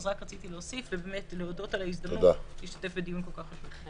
אז רק רציתי להוסיף ולהודות על ההזדמנות להשתתף בדיון כה חשוב.